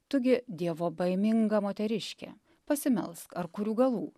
tu gi dievobaiminga moteriške pasimelsk ar kurių galų